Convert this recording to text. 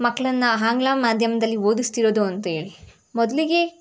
ಮಕ್ಕಳನ್ನ ಆಂಗ್ಲ ಮಾಧ್ಯಮದಲ್ಲಿ ಓದಿಸ್ತೀರೋದು ಅಂತೇಳಿ ಮೊದಲಿಗೇ